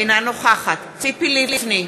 אינה נוכחת ציפי לבני,